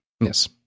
Yes